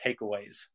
takeaways